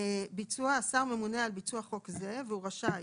ביצוע 8. השר ממונה על ביצוע חוק זה והוא רשאי